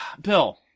Bill